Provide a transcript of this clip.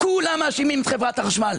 כולם מאשימים את חברת החשמל,